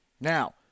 Now